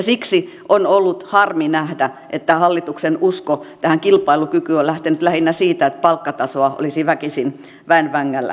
siksi on ollut harmi nähdä että hallituksen usko tähän kilpailukykyyn on lähtenyt lähinnä siitä että palkkatasoa olisi väkisin väen vängällä alennettava